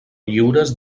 lliures